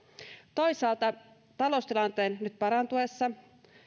toisaalta taloustilanteen nyt parantuessa